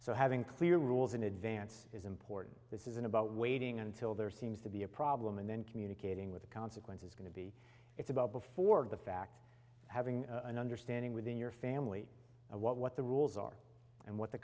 so having clear rules in advance is important this isn't about waiting until there seems to be a problem and then communicating with the consequences going to be it's about before the fact having an understanding within your family of what what the rules are and what the